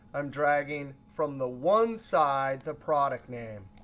i'm dragging from the one side the product name.